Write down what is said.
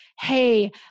Hey